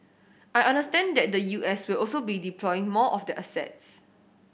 I understand that the U S will also be deploying more of their assets